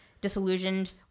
disillusioned